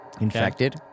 Infected